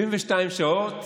72 שעות